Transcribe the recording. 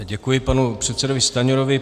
Děkuji panu předsedovi Stanjurovi.